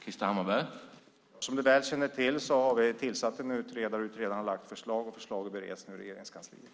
Herr talman! Som Elin Lundgren väl känner till har vi tillsatt en utredning, och utredaren har lagt fram ett förslag som nu bereds i Regeringskansliet.